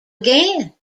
again